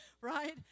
right